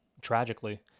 tragically